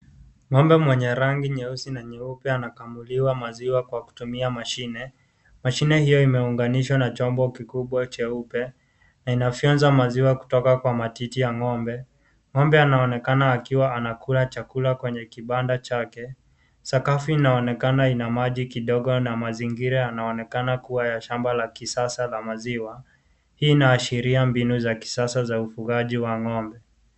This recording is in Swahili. Ng`omba mwenye rangi nyeusi na nyeupe anakamuliwa maziwa kwa kutumia mashine. Mashine hiyo imeunganishwa na chombo kikubwa cheupe. Na inafyonza maziwa kutoka kwa matiti ya ng'ombe. Ng'ombe anaonekana akiwa anakula chakula kwenye kibanda chake. Sakafu inaonekana ina maji kidogo na mazingira yanaonekana kuwa ya shamba la kisasa la maziwa. Hii inaashiria mbinu za kisasa za ufugaji wa ng'ombe.